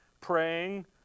praying